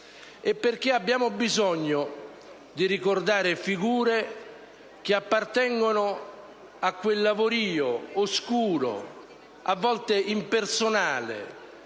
squadra. Abbiamo bisogno di ricordare figure che appartengono a quel lavorio oscuro, a volte impersonale,